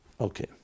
Okay